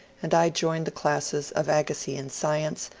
and i joined the classes of agassiz in science,